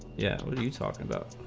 yeah when you talk and about